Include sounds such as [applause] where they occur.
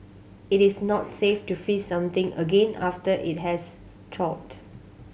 it is not safe to freeze something again after it has [unintelligible]